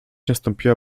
nastąpiła